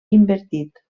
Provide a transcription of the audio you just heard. invertit